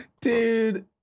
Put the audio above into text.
Dude